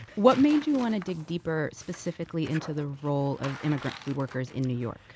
what made you want to dig deeper, specifically into the role of immigrant food workers in new york?